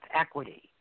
equity